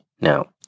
Now